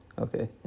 Okay